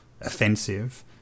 offensive